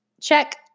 check